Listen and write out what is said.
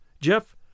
Jeff